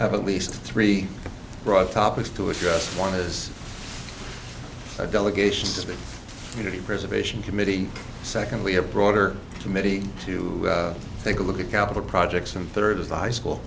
we have at least three broad topics to address one is a delegation to the preservation committee secondly a broader committee to take a look at capital projects and third is the high school